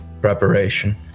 preparation